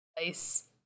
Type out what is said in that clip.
Nice